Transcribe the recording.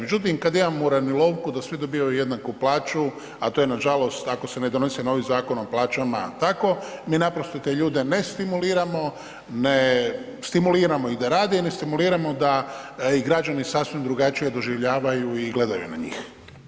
Međutim, kad imamo uranilovku da svi dobivaju jednaku plaću, a to je nažalost ako se ne donese novi zakon o plaćama tako, mi naprosto te ljude ne stimuliramo, ne stimuliramo ih da rade i ne stimuliramo da i građani sasvim drugačije doživljavaju i gledaju na njih.